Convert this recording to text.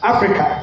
Africa